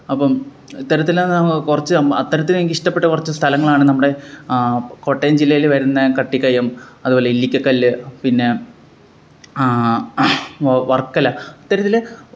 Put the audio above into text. അപ്പം ഇത്തരത്തില് നമ്മൾ കുറച്ച് നം അത്തരത്തിലെനിക്കിഷ്ടപ്പെട്ട കുറച്ച് സ്ഥലങ്ങളാണ് നമ്മുടെ കോട്ടയം ജില്ലയില് വരുന്ന കട്ടിക്കയം അതുപോലെ ഇല്ലിക്കക്കല്ല് പിന്നെ വര്ക്കല ഇത്തരത്തില്